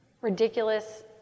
ridiculous